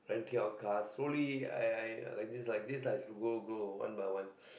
renting of cars slowly I I like this like this like grow grow one by one